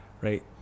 right